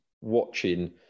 watching